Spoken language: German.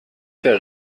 der